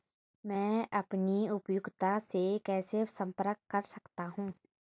मैं अपनी उपयोगिता से कैसे संपर्क कर सकता हूँ?